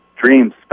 dreams